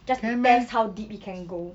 just to test how deep it can go